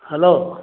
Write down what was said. hello